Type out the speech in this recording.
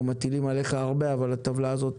אנחנו מטילים עליך הרבה אבל הטבלה הזאת